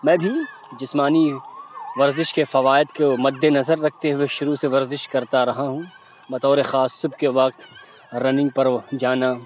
میں بھی جسمانی ورزش کے فوائد کو مدنظر رکھتے ہوئے شروع سے ورزش کرتا رہا ہوں بطور خاص صبح کے وقت رننگ پر جانا